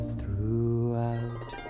throughout